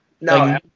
no